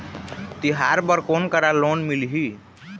तिहार बर कोन करा लोन मिलही?